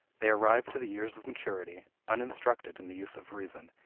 they arrive to the years of maturity uninstructed in the use of reason,